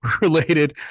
related